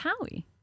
Howie